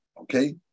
Okay